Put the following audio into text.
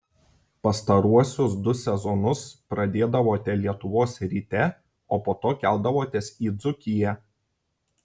pastaruosius du sezonus pradėdavote lietuvos ryte o po to keldavotės į dzūkiją